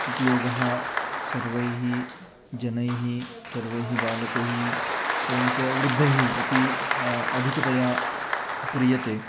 उपयोगः सर्वैः जनैः सर्वैः बालकैः एवं च वृद्धैः अपि अधिकतया क्रियते